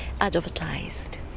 advertised